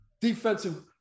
defensive